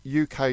UK